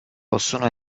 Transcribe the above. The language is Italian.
possono